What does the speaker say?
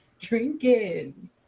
Drinking